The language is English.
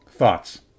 thoughts